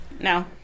No